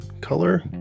color